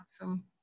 Awesome